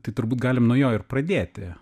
tai turbūt galim nuo jo ir pradėti